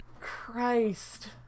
Christ